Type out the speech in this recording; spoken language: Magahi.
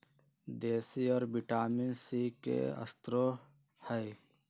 देशी औरा विटामिन सी के स्रोत हई